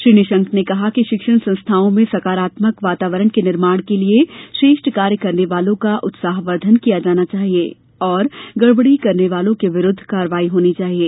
श्री निशंक ने कहा कि शिक्षण संस्थाओं में सकारात्मक वातावरण के निर्माण के लिये श्रेष्ठ कार्य करने वालों का उत्साहवर्धन किया जाना चाहिये और गड़बड़ी करने वालों के विरूद्व कार्यवाही होनी चाहिये